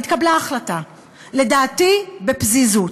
התקבלה החלטה, לדעתי בפזיזות,